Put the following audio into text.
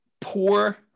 Poor